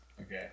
Okay